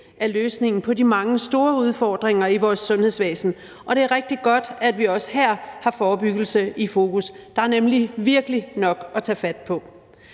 af løsningen på de mange store udfordringer i vores sundhedsvæsen. Og det er rigtig godt, at vi også her har forebyggelse i fokus – der er nemlig virkelig nok at tage fat på.